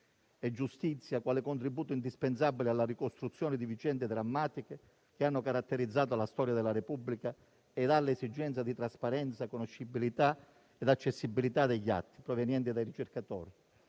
e giustizia, quale contributo indispensabile alla ricostruzione di vicende drammatiche che hanno caratterizzato la storia della Repubblica e all'esigenza di trasparenza, conoscibilità e accessibilità degli atti provenienti dai ricercatori.